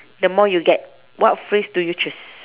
the more you get what phrase do you choose